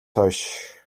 хойш